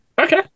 Okay